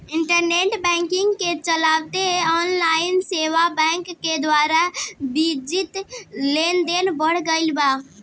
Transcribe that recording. internet banking के चलते online saving bank के द्वारा बित्तीय लेनदेन बढ़ गईल बा